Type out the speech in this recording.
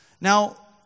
Now